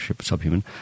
subhuman